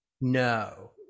No